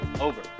over